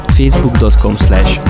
facebook.com/slash